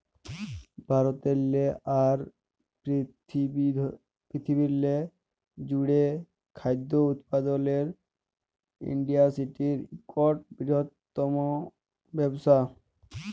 ভারতেরলে আর পিরথিবিরলে জ্যুড়ে খাদ্য উৎপাদলের ইন্ডাসটিরি ইকট বিরহত্তম ব্যবসা